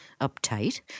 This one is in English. uptight